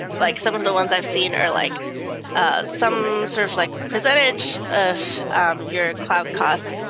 like some of the ones i've seen are like ah some sort of like percentage of um your cloud cost,